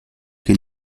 che